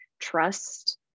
trust